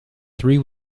three